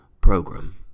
program